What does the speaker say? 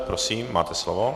Prosím, máte slovo.